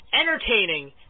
entertaining